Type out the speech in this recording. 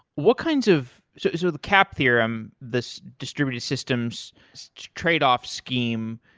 what kinds of so so the cap theorem, this distributed systems tradeoff scheme.